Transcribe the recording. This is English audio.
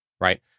right